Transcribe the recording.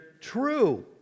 true